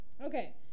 Okay